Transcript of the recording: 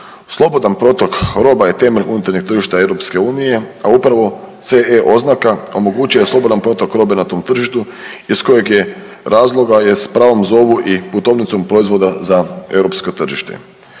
Slobodan protok roba je temelj unutarnjeg tržišta Europske unije a upravo CE oznaka omogućuje slobodan protok robe na tom tržištu iz kojeg je razloga je s prvom zovu i putovnicom proizvoda za europsko tržište.